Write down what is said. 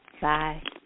Bye